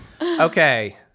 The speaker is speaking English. Okay